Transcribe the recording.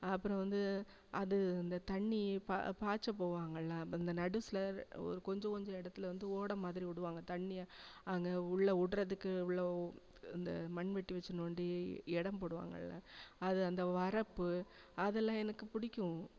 அப்புறம் வந்து அது இந்த தண்ணி ப பாய்ச்ச போவாங்கள்ல வந்த நடு சிலர் ஒரு கொஞ்ச கொஞ்ச இடத்துல வந்து ஒடைமாதிரி விடுவாங்க தண்ணியை அங்கே உள்ள விட்றதுக்கு உள்ள இந்த மண்வெட்டி வச்சு நோண்டி இடம் போடுவாங்கள்ல அது அந்த வரப்பு அதெல்லாம் எனக்கு பிடிக்கும்